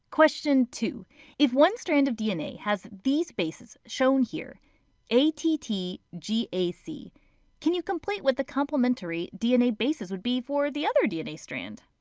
question two if one strand of dna has these bases shown here a, t, t, g, a, c can you complete what the complementary dna bases would be for the other dna strand?